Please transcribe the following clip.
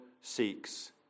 seeks